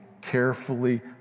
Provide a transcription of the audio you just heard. carefully